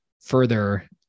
further